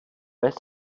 pes